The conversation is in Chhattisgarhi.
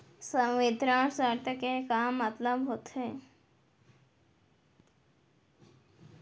संवितरण शर्त के का मतलब होथे?